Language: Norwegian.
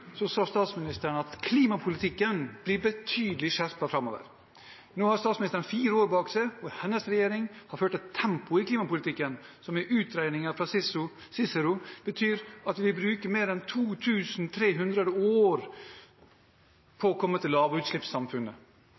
så mye mer enn bare lærerstillinger som må til for å sørge for at de som er svakest, faktisk løftes i skolehverdagen. På NHO-konferansen sa statsministeren at klimapolitikken blir betydelig skjerpet framover. Nå har statsministeren fire år bak seg, og hennes regjering har ført et tempo i klimapolitikken som i utregninger fra CICERO betyr